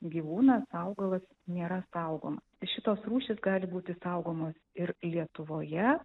gyvūną augalas nėra saugomas šitos rūšys gali būti saugomos ir lietuvoje